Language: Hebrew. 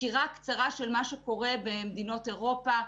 סקירה קצרה של מה קורה במדינות אירופה,